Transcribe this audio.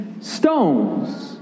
stones